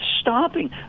stopping